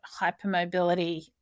hypermobility